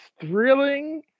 thrilling